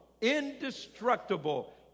indestructible